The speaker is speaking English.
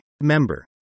Member